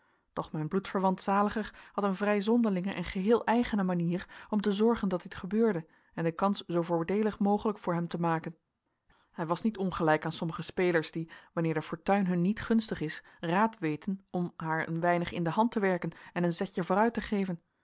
doch mijn bloedverwant zaliger had een vrij zonderlinge en geheel eigene manier om te zorgen dat dit gebeurde en de kans zoo voordeelig mogelijk voor hem te maken hij was niet ongelijk aan sommige spelers die wanneer de fortuin hun niet gunstig is raad weten om haar een weinig in de hand te werken en een zetje vooruit te geven